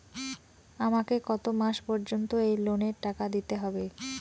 আমাকে কত মাস পর্যন্ত এই লোনের টাকা দিতে হবে?